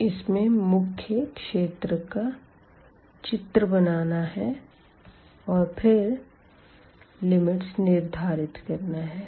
इसमें मुख्य क्षेत्र का चित्र बनाना है और फिर लिमिट्स निर्धारित करना है